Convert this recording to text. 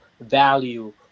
value